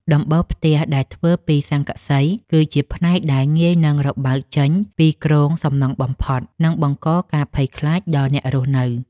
ដំបូលផ្ទះដែលធ្វើពីស័ង្កសី គឺជាផ្នែកដែលងាយនឹងរបើកចេញពីគ្រោងសំណង់បំផុត និងបង្កការភ័យខ្លាចដល់អ្នករស់នៅ។